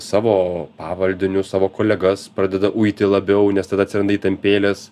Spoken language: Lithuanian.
savo pavaldinius savo kolegas pradeda uiti labiau nes tada atsiranda įtampėlės